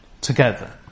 together